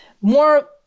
more